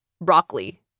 broccoli